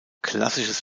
klassisches